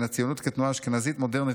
בין הציונות כתנועה אשכנזית מודרנית